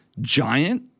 giant